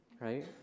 right